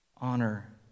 Honor